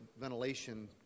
ventilation